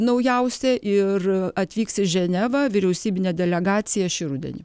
naujausią ir atvyks į ženevą vyriausybinė delegacija šį rudenį